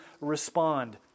respond